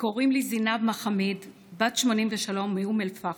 בת 83 מאום אל-פחם,